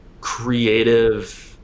creative